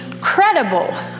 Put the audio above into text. credible